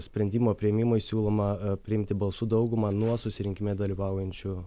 sprendimo priėmimui siūloma priimti balsų daugumą nuo susirinkime dalyvaujančių